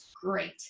great